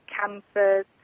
cancers